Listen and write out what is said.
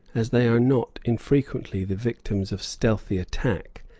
as they are not infrequently the victims of stealthy attack,